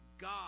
god